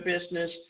business